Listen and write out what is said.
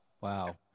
Wow